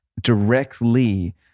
directly